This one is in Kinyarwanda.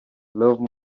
love